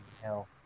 hell